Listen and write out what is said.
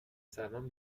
سلمان